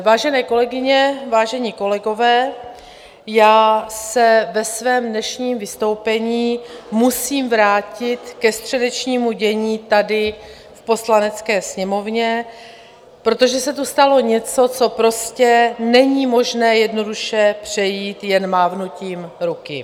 Vážené kolegyně, vážení kolegové, já se ve svém dnešním vystoupení musím vrátit ke středečnímu dění tady v Poslanecké sněmovně, protože se tu stalo něco, co prostě není možné jednoduše přejít jen mávnutím ruky.